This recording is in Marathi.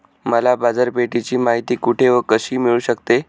मला बाजारपेठेची माहिती कुठे व कशी मिळू शकते?